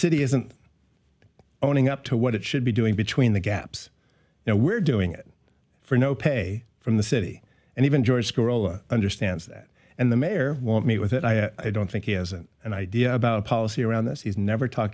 city isn't owning up to what it should be doing between the gaps now we're doing it for no pay from the city and even george understands that and the mayor won't meet with it i don't think he hasn't an idea about a policy around this he's never talk